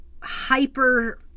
hyper